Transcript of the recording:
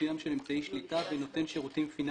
מסוים של אמצעי שליטה בנותן שירותים פיננסיים".